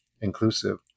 inclusive